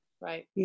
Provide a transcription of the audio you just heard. right